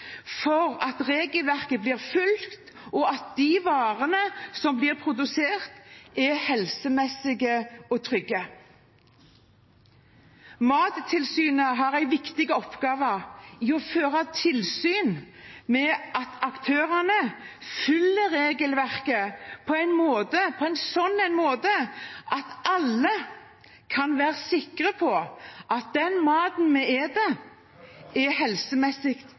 blir produsert, er helsemessig trygge. Mattilsynet har en viktig oppgave i å føre tilsyn med at aktørene følger regelverket på en slik måte at vi alle kan være sikre på at den maten vi spiser, er helsemessig